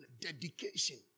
dedication